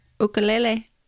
Ukulele